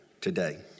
today